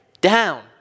down